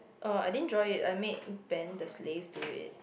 oh I didn't draw it I make Ben to slave to it